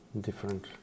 different